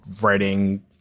writing